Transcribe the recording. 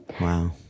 Wow